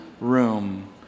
room